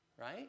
right